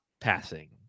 passing